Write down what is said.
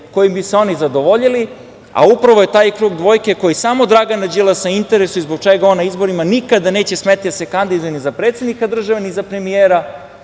kojim bi se oni zadovoljili, a upravo je taj krug dvojke koji samo Dragana Đilasa interesuje i zbog čega on na izborima nikada neće smeti da se kandiduje ni za predsednika države, ni za premijera,